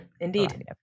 Indeed